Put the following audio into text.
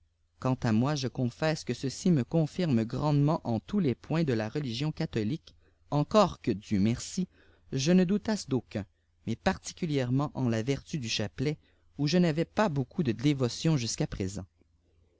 quant à nioi je confesse que ceci me confirme grandement en lous les points de la religion catholique encore que dieu merci je ne doutasse d'aucun mais particulièrement en la vertu du chapelet où je n'avais pas beaucoup de dévotion jusqu'à présent